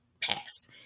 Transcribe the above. pass